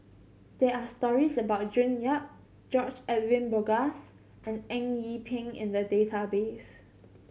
there are stories about June Yap George Edwin Bogaars and Eng Yee Peng in the database